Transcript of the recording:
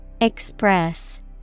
Express